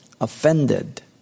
offended